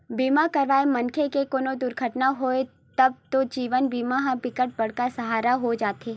बीमा करवाए मनखे के कोनो दुरघटना होगे तब तो जीवन बीमा ह बिकट बड़का सहारा हो जाते